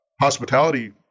hospitality